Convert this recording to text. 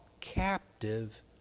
captive